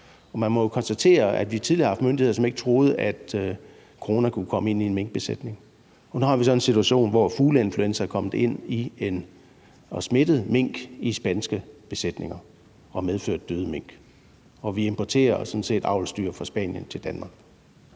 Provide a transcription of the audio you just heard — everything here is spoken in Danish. Man må jo konstatere, at vi tidligere har haft myndigheder, som ikke troede, at corona kunne komme ind i en minkbesætning, og nu har vi så en situation, hvor fugleinfluenza er kommet ind og har smittet mink i spanske besætninger og medført døde mink. Og vi importerer sådan set avlsdyr fra Spanien til Danmark.